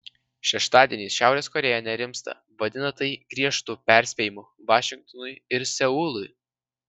šeštadienį šiaurės korėja nerimsta vadina tai griežtu perspėjimu vašingtonui ir seului